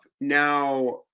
Now